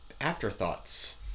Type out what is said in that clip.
afterthoughts